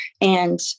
And-